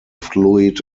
fluid